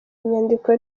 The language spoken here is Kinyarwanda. nyandiko